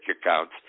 accounts